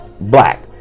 black